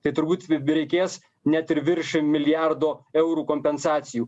tai turbūt reikės net ir virš milijardo eurų kompensacijų